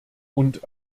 und